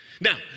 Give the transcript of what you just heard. now